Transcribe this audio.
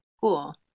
Cool